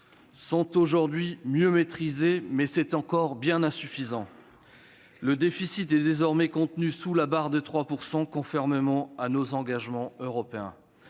sont aujourd'hui mieux maîtrisés, mais c'est encore bien insuffisant. Le déficit est désormais contenu sous la barre des 3 %, conformément à nos engagements européens.